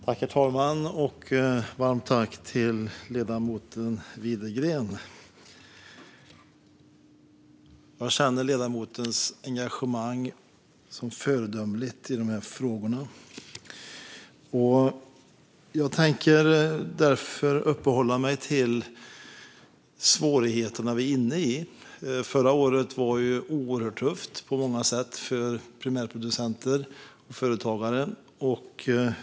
Herr talman! Varmt tack, ledamoten Widegren! Jag känner ledamotens engagemang som föredömligt i dessa frågor. Jag tänker uppehålla mig vid de svårigheter vi är inne i. Förra året var oerhört tufft på många sätt för primärproducenter och företagare.